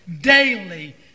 daily